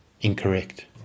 incorrect